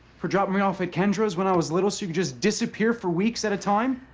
for dropping me off at kendra's when i was little so you could just disappear for weeks at a time?